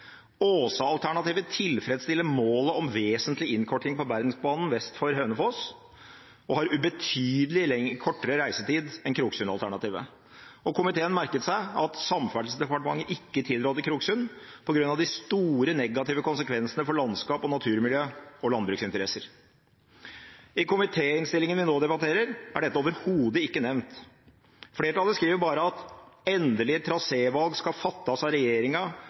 «Åsa-alternativet tilfredsstiller målet om vesentlig innkorting på Bergensbanen vest for Hønefoss, og at Åsa-alternativet har ubetydelig lengre reisetid enn Kroksund-alternativet». Og komiteen merket seg at Samferdselsdepartementet ikke tilrådde Kroksund på grunn av de store negative konsekvensene for landskap, naturmiljø og landbruksinteresser. I komitéinnstillingen vi nå debatterer, er dette overhodet ikke nevnt. Flertallet skriver bare at «endeleg traséval for Ringeriksbanen skal fattast av regjeringa,